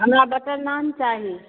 हमरा बटर नान चाही